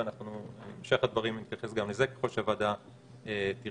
ובהמשך הדברים נתייחס גם לזה ככל שהוועדה תרצה.